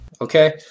Okay